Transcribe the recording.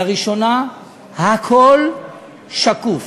לראשונה הכול שקוף,